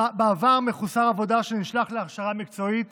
בעבר מחוסר עבודה שנשלח להכשרה מקצועית